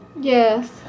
Yes